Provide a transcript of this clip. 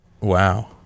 Wow